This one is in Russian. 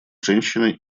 женщины